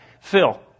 Phil